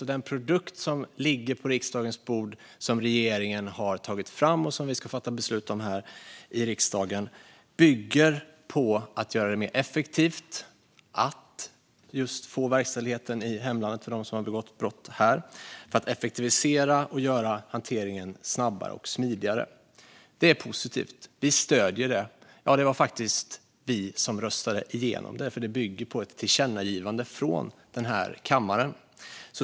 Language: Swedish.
Och den produkt som ligger på riksdagens bord som regeringen har tagit fram och som vi ska fatta beslut om i riksdagen bygger på att göra det mer effektivt att få verkställighet i hemlandet för dem som har begått brott här, det vill säga effektivisera och göra hanteringen snabbare och smidigare. Det är positivt, och vi stöder förslaget. Ja, det var faktiskt vi som röstade igenom förslaget eftersom det bygger på ett tillkännagivande från kammaren.